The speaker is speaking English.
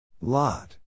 Lot